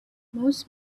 most